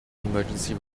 emergency